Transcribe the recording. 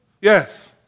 Yes